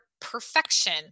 perfection